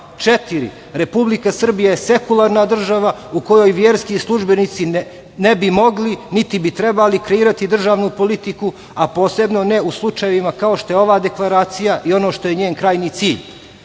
prava. Četiri. Republika Srbija je sekularna država u kojoj verski službenici ne bi mogli, niti bi trebali kreirati državnu politiku, a posebno ne u slučajevima kao što je ova deklaracija i ono što je njen krajnji